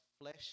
flesh